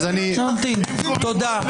תודה.